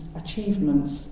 achievements